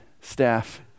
staff